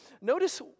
notice